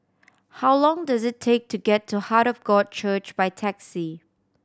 how long does it take to get to Heart of God Church by taxi